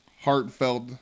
heartfelt